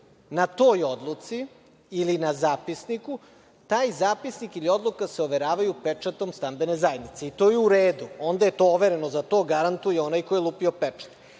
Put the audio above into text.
na toj odluci ili na zapisniku, taj zapisnik ili odluka se overavaju pečatom stambene zajednice. I to je u redu. Onda je to overeno za to, garantuje onaj ko je lupio pečat.